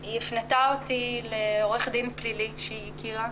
היא הפנתה אותי לעו"ד פלילי שהיא הכירה,